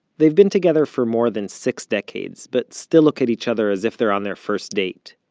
they've been together for more than six decades, but still look at each other as if they're on their first date.